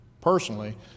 personally